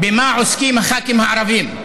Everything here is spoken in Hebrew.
"במה עוסקים הח"כים הערבים".